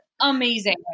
Amazing